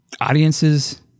audiences